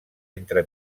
entre